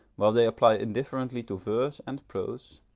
while they apply indifferently to verse and prose,